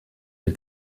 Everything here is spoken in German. der